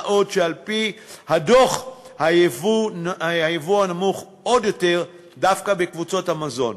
מה עוד שעל-פי הדוח היבוא נמוך עוד יותר דווקא בקבוצות המזון.